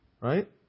right